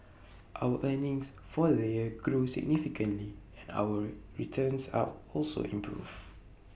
our earnings for the year grew significantly and our returns are also improved